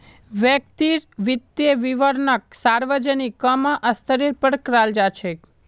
व्यक्तिर वित्तीय विवरणक सार्वजनिक क म स्तरेर पर कराल जा छेक